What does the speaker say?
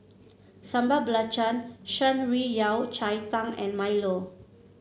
Sambal Belacan Shan Rui Yao Cai Tang and milo